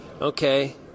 Okay